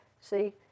see